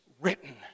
written